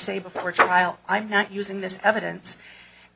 say before trial i'm not using this evidence